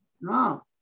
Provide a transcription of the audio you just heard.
No